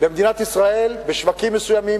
במדינת ישראל בשווקים מסוימים,